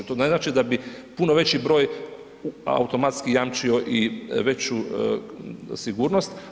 To ne znači da bi puno veći broj automatski jamčio i veću sigurnost.